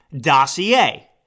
dossier